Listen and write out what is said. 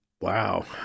Wow